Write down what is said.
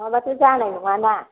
नङाबाथ' जानाय नङा ना